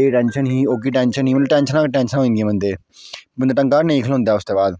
एह् टेंशन ही ओकी टेंशन ही हून टेंशना ही टेंशनां होई जंदी बंदे गी बंदा ढंगै दा नेई खलोंदा उसदे बाद